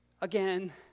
again